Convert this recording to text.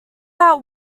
out